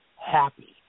happy